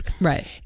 Right